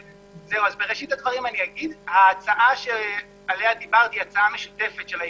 בראשית הדברים אגיד שההצעה שעליה דיברתי היא הצעה משותפת של ההסתדרות,